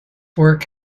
work